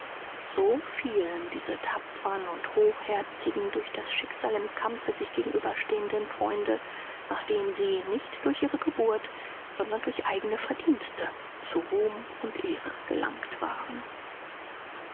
so fielen diese tapfern und hochherzigen durch das schicksal im kampfe sich gegenübergestellten freunde nachdem sie nicht durch ihre geburt sondern durch eigene verdienste zu ruhm und ehre gelangt waren